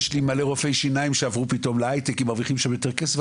יש לי הרבה רופאי שיניים שעברו פתאום להייטק כי מרוויחים שם יותר כסף,